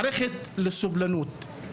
מערכת לסובלנות,